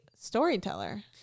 storyteller